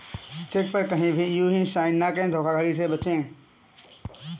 check पर कहीं भी यू हीं साइन न करें धोखाधड़ी से बचे